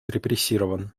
репрессирован